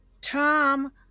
Tom